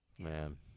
Man